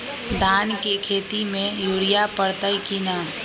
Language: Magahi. धान के खेती में यूरिया परतइ कि न?